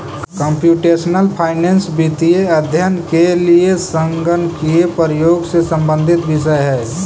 computational finance वित्तीय अध्ययन के लिए संगणकीय प्रयोग से संबंधित विषय है